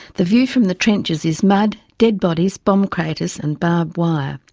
the view from the trenches is mud, dead bodies, bomb craters and barbed wire.